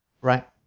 right